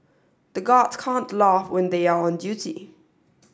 the guards can't laugh when they are on duty